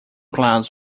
clouds